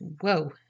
Whoa